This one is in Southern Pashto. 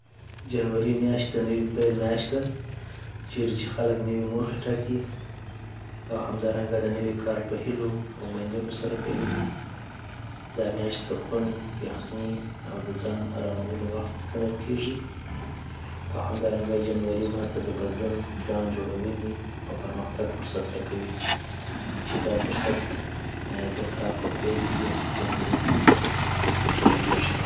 جنوري میاشت د نوې پیل میاشت ده، چیرې چې خلک نوې موخې ټاکي او همدارنګه دنوی کال په هیلو او امیدونو سره پیلېږي دا میاشت سکون، یخني، او د ځان ارامولو وخت ګڼل کېږي. او همدارنګه جنوري ما ته د بدلون، پلان جوړونې او پرمختګ فرصت راکوي چی دا فرصت د کال په پیل کي یعنی جنوری کی پیلیږی